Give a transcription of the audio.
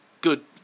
good